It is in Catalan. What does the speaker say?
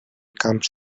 camps